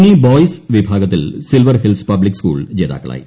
mini boys വിഭാഗത്തിൽ Silver Hills Public School ജേതാക്കളായി